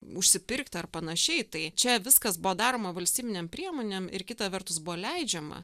užsipirkti ar panašiai tai čia viskas buvo daroma valstybinėm priemonėm ir kita vertus buvo leidžiama